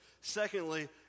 Secondly